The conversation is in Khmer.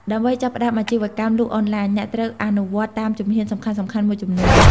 ដើម្បីចាប់ផ្ដើមអាជីវកម្មលក់អនឡាញ អ្នកត្រូវអនុវត្តតាមជំហានសំខាន់ៗមួយចំនួន។